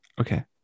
Okay